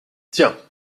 tiens